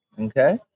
okay